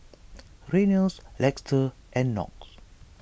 Reynolds Lester and Knox